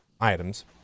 items